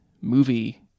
movie